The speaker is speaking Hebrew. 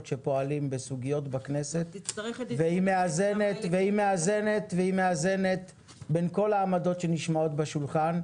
שפועלים בסוגיות בכנסת והיא מאזנת בין כל העמדות שנשמעות בשולחן,